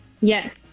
Yes